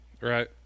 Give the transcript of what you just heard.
right